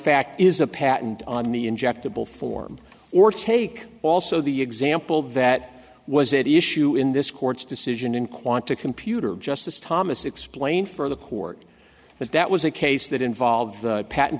fact is a patent on the injectable form or take also the example that was that issue in this court's decision in quantico in puter of justice thomas explained for the court that that was a case that involved the patent